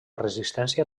resistència